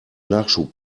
nachschub